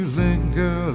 linger